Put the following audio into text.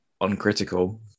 uncritical